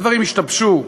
הדברים השתבשו.